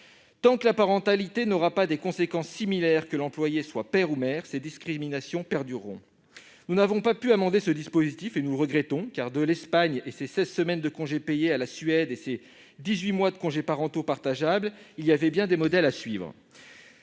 Tant que la parentalité n'aura pas des conséquences similaires, que l'employé soit père ou mère, ces discriminations perdureront. Nous n'avons pas pu amender ce dispositif et nous le regrettons : de l'Espagne, avec ses seize semaines de congés payés, à la Suède, avec ses dix-huit mois de congés parentaux partageables, il y avait bien des modèles à suivre.